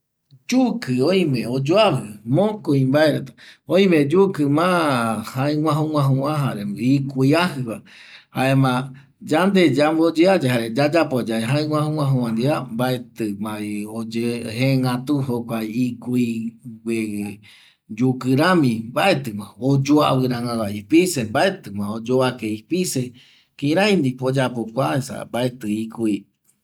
Yukƚ oime oyoavƚ mokoi mbae oime yukƚ ma jaƚguäju güajuva jare ikuiajƚva jaema yande yamboyea yae yayapo yave jaƚgüaju guajuva mbaetƚmavi jengätu jokua yukƚ ikuigue rami mbaetƚma oyoavƚ rangagua oyovake ipise kirai ndipo oyapo esa mbaetƚ ikui